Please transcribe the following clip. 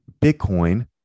Bitcoin